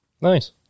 Nice